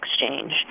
exchange